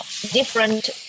different